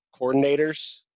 coordinators